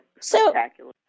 spectacular